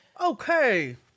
Okay